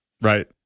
right